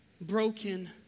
broken